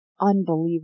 unbelievable